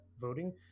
voting